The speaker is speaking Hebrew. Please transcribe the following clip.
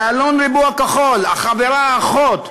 ו"אלון ריבוע כחול", החברה האחות,